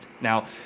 Now